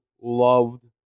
loved